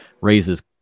raises